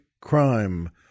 crime